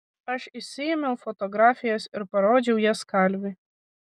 aš išsiėmiau fotografijas ir parodžiau jas kalviui